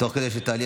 תוך כדי שתעלי,